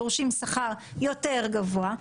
דורשים שכר יותר גבוה.